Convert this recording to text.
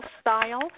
Style